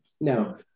No